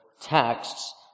texts